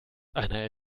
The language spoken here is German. einer